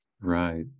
Right